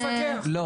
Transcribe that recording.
לא.